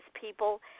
people